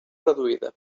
reduïda